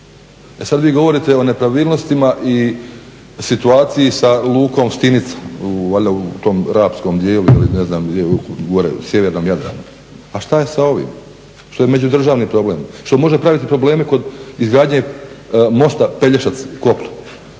E sada vi govorite o nepravilnostima i situaciji sa lukom Stinica valjda u tom rabskom dijelu ili ne znam gdje, gore u sjevernom Jadranu. A šta je sa ovim šta je međudržavni problem? Što može praviti probleme kod izgradnje mosta Pelješac-kopno